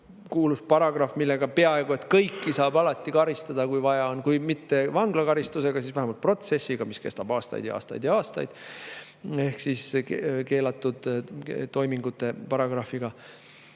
kuulsa paragrahvi alla, millega peaaegu kõiki saab alati karistada, kui vaja on, kui mitte vanglakaristusega, siis vähemalt protsessiga, mis kestab aastaid ja aastaid ja aastaid. See on keelatud toimingute paragrahv.